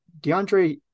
DeAndre